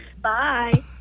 bye